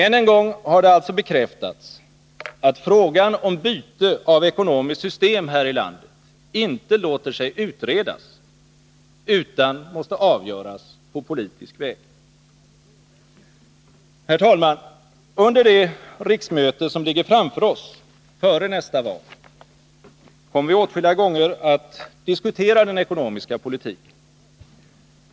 Än en gång har det alltså bekräftats att frågan om byte av ekonomiskt system här i landet inte låter sig utredas utan måste avgöras på politisk väg. Herr talman! Under det riksmöte som ligger framför oss före nästa val kommer vi åtskilliga gånger att diskutera den ekonomiska politiken.